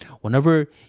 Whenever